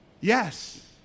Yes